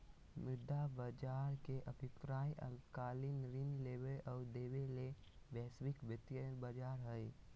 मुद्रा बज़ार के अभिप्राय अल्पकालिक ऋण लेबे और देबे ले वैश्विक वित्तीय बज़ार हइ